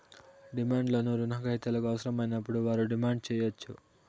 demand loan రుణ గ్రహీతలకు అవసరమైనప్పుడు వారు డిమాండ్ సేయచ్చు